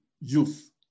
youth